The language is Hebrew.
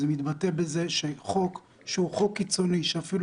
זה מתבטא בחוק שהוא חוק קיצוני שאפילו